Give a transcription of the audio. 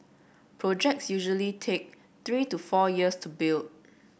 projects usually take three to four years to build